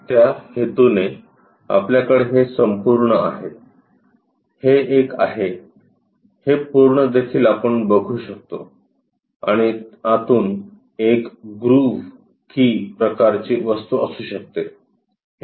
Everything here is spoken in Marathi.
त्या हेतूने आपल्याकडे हे संपूर्ण आहे हे एक आहे हे पूर्ण देखील आपण बघु शकतो आणि आतून एक ग्रूव्ह की प्रकारची वस्तू असू शकते